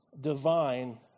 divine